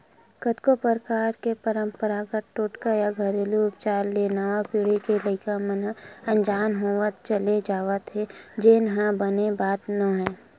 कतको परकार के पंरपरागत टोटका या घेरलू उपचार ले नवा पीढ़ी के लइका मन ह अनजान होवत चले जावत हे जेन ह बने बात नोहय